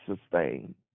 sustain